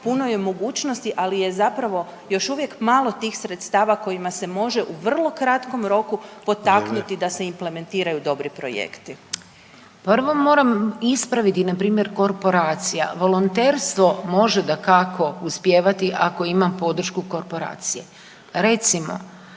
puno je mogućnosti, ali je zapravo još uvijek malo tih sredstava kojima se može u vrlo kratkom roku potaknuti da se implementiraju dobri projekti. **Borić, Rada (NL)** Prvo moram ispraviti npr. korporacija, volonterstvo može dakako uspijevati ako ima podršku korporacije. Recimo